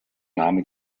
name